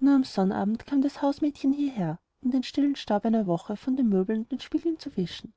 am sonnabend kam das hausmädchen hierher um den stillen staub einer woche von den möbeln und den spiegeln zu wischen